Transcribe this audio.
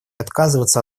отказываться